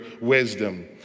wisdom